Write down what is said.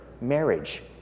Marriage